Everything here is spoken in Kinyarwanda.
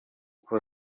uko